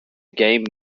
game